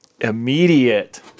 Immediate